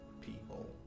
people